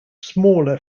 smaller